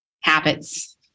Habits